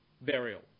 burial